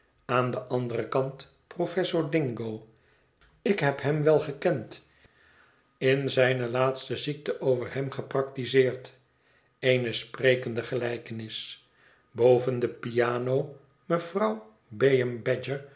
aan den anderen kant professor dingo ik heb hem wel gekend in zijne laatste ziekte over hem gepraktizeerd eene sprekende gelijkenis boven de piano mevrouw bayham badger